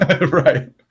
Right